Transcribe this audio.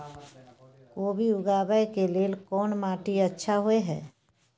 कोबी उगाबै के लेल कोन माटी अच्छा होय है?